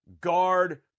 guard